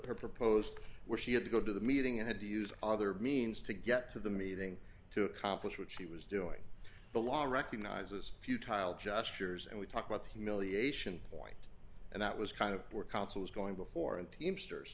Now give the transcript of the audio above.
her proposed where she had to go to the meeting and had to use other means to get to the meeting to accomplish what she was doing the law recognizes few tile joshers and we talk about humiliation point and that was kind of were councils going before and teamsters